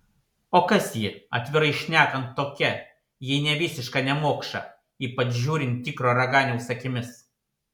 o kas ji atvirai šnekant tokia jei ne visiška nemokša ypač žiūrint tikro raganiaus akimis